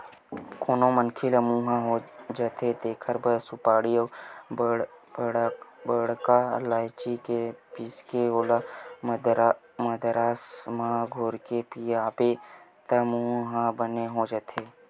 कोनो मनखे ल मुंहा हो जाथे तेखर बर सुपारी अउ बड़का लायची पीसके ओला मंदरस म घोरके पियाबे त मुंहा ह बने हो जाथे